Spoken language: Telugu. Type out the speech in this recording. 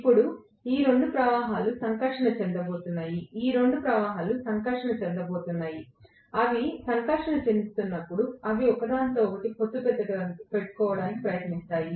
ఇప్పుడు ఈ రెండు ప్రవాహాలు సంకర్షణ చెందబోతున్నాయి ఈ రెండు ప్రవాహాలు సంకర్షణ చెందబోతున్నాయి అవి సంకర్షణ చెందుతున్నప్పుడు అవి ఒకదానితో ఒకటి పొత్తు పెట్టుకోవడానికి ప్రయత్నిస్తాయి